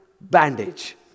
bandage